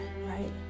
right